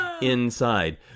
inside